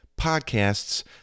podcasts